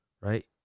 right